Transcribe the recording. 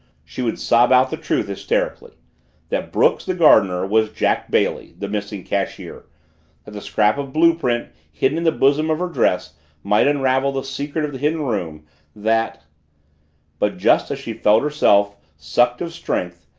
she would sob out the truth hysterically that brooks, the gardener, was jack bailey, the missing cashier that the scrap of blue-print hidden in the bosom of her dress might unravel the secret of the hidden room that but just as she felt herself, sucked of strength,